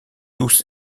tous